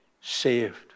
saved